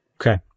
Okay